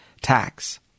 tax